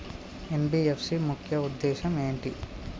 NBFC ముఖ్య ఉద్దేశం ఏంటి?